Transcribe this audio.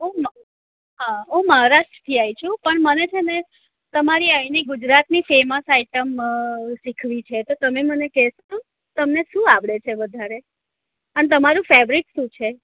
હું મ હા હું મહારાષ્ટ્રથી આયી છું પણ મને છે ને તમારી આયની ગુજરાતની ફેમસ આઈટમ સીખવી છે તો તમે મને કેસો તમને શું આવડે છે વધારે અન તમારું ફેવરિટ શું છે